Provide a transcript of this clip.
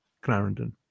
Clarendon